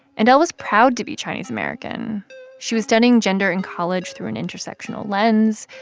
and l was proud to be chinese-american she was studying gender in college through an intersectional lens,